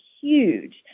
huge